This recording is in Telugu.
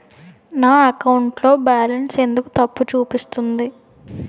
నా అకౌంట్ లో బాలన్స్ ఎందుకు తప్పు చూపిస్తుంది?